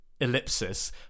ellipsis